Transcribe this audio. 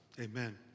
Amen